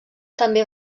també